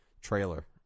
trailer